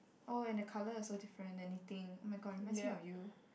oh and the colour so different anything oh-my-god it reminds me of you